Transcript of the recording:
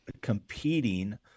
competing